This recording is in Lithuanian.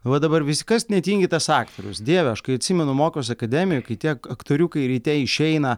va dabar visi kas netingi tas aktorius dieve aš kai atsimenu mokiaus akademijoj kai tie aktoriukai ryte išeina